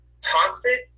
toxic